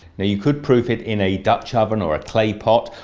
now you could prove it in a dutch oven or a clay pot,